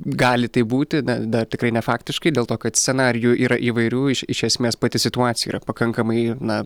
gali taip būti na dar tikrai ne faktiškai dėl to kad scenarijų yra įvairių iš esmės pati situacija yra pakankamai na